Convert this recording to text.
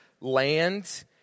land